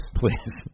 please